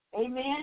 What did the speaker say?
Amen